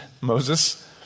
Moses